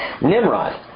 Nimrod